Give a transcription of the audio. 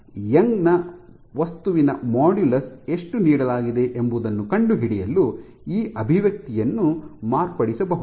ಆದ್ದರಿಂದ ಯಂಗ್ ನ ವಸ್ತುವಿನ ಮಾಡ್ಯುಲಸ್ ಎಷ್ಟು ನೀಡಲಾಗಿದೆ ಎಂಬುದನ್ನು ಕಂಡುಹಿಡಿಯಲು ಈ ಅಭಿವ್ಯಕ್ತಿಯನ್ನು ಮಾರ್ಪಡಿಸಬಹುದು